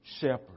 shepherd